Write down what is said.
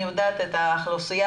אני אשמח.